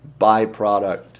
byproduct